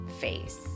face